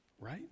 right